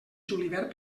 julivert